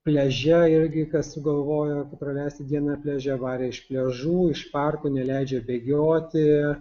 pliaže irgi kas sugalvojo praleisti dieną pliaže varė iš pliažų iš parkų neleidžia bėgioti